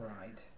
Right